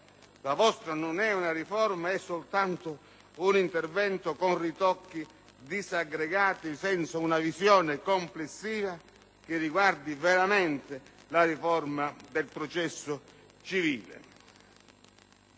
la vostra non è una riforma, è soltanto un intervento con ritocchi disaggregati, senza una visione complessiva che riguardi veramente la riforma del processo civile.